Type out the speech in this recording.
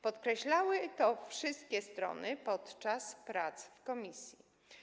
Podkreślały to wszystkie strony podczas prac w komisji.